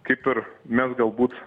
kaip ir mes galbūt